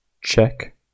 Check